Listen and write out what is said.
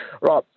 Right